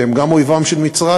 שהם גם אויבים של מצרים,